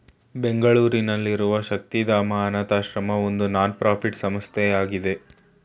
ಬೆಂಗಳೂರಿನಲ್ಲಿರುವ ಶಕ್ತಿಧಾಮ ಅನಾಥಶ್ರಮ ಒಂದು ನಾನ್ ಪ್ರಫಿಟ್ ಸಂಸ್ಥೆಯಾಗಿದೆ